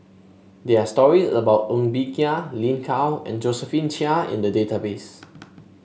there are stories about Ng Bee Kia Lin Gao and Josephine Chia in the database